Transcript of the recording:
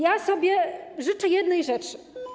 Ja sobie życzę jednej rzeczy.